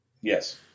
Yes